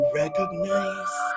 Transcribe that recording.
recognize